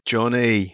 Johnny